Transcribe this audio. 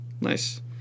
Nice